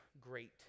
great